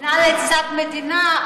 מדינה לצד מדינה.